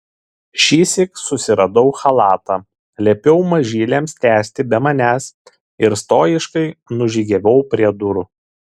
šįsyk susiradau chalatą liepiau mažyliams tęsti be manęs ir stojiškai nužygiavau prie durų